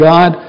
God